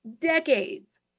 decades